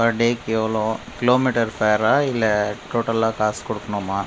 per டேக்கு எவ்வளோ kilometre ஃபேரா இல்லை டோட்டலாக காசு கொடுக்கணுமா